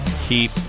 Keep